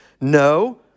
No